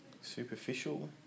Superficial